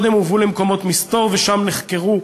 קודם הובאו למקומות מסתור ושם נחקרו,